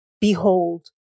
Behold